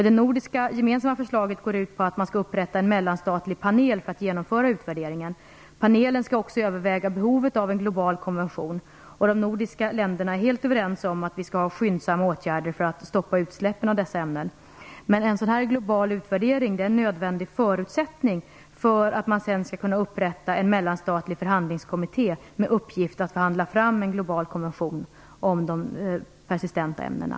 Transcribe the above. Det gemensamma nordiska förslaget går ut på att man skall upprätta en mellanstatlig panel för att genomföra utvärderingen. Panelen skall också överväga behovet av en global konvention. De nordiska länderna är helt överens om att vi skall ha skyndsamma åtgärder för att stoppa utsläppen av dessa ämnen. Men en sådan global utvärdering är en nödvändig förutsättning för att man sedan skall kunna upprätta en mellanstatlig förhandlingskommitté med uppgift att förhandla fram en global konvention om de persistenta ämnena.